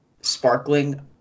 sparkling